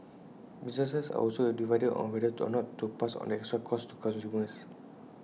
businesses are also divided on whether or not to pass on the extra costs to consumers